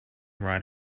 right